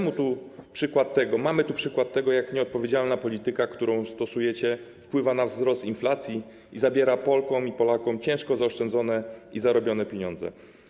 Mamy tu przykład tego, jak nieodpowiedzialna polityka, którą stosujecie, wpływa na wzrost inflacji i zabiera Polkom i Polakom ciężko zaoszczędzone i zarobione pieniądze.